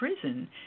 prison